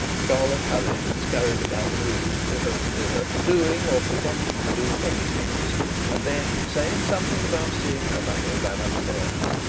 charlotte hurried and skurried about the room hither and thither, doing, or pretending to do many things and then saying something about seeing her mother, ran up stairs.